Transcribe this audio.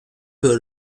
peut